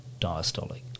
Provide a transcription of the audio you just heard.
diastolic